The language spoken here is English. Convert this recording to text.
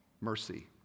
mercy